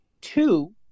two